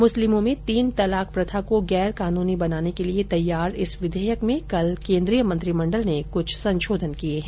मुस्लिमों में तीन तलाक प्रथा को गैर कानूनी बनाने के लिये तैयार इस विधेयक में कल केन्द्रीय मंत्रिमण्डल ने कुछ संशोधन किये है